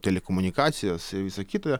telekomunikacijas ir visa kita